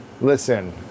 listen